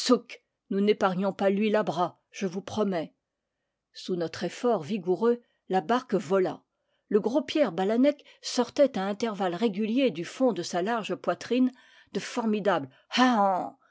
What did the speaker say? nous n'épargnions pas l'huile à bras je vous promets sous notre effort vigoureux la barque vola le gros pierre balanec sortait à intervalles réguliers du fond de sa large poitrine de formidables